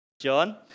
John